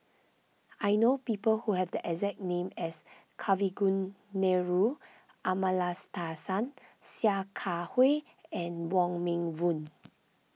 I know people who have the exact name as Kavignareru Amallathasan Sia Kah Hui and Wong Meng Voon